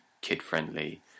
kid-friendly